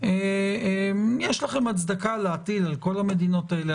יש לכם הצדקה להטיל על כל המדינות האלה,